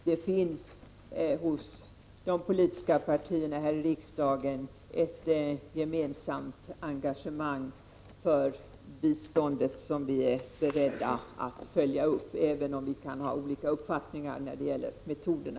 Det finns hos de politiska partierna här i riksdagen ett gemensamt engagemang för biståndet som vi är beredda att följa upp, även om vi kan ha olika uppfattningar när det gäller metoderna.